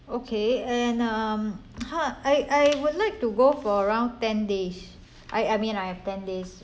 okay and um ah I I would like to go for around ten days I I mean I have ten days